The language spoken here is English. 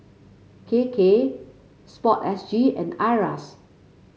K K sport S G and Iras